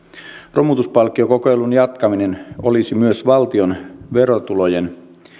romutuspalkkiokokeilun jatkaminen olisi myös valtion verotulojen